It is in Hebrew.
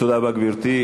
תודה רבה, גברתי.